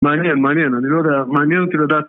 מעניין, מעניין, אני לא יודע, מעניין אותי לדעת...